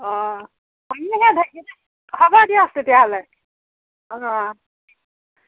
হ'ব দিয়ক তেতিয়াহ'লে অ'